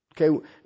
Okay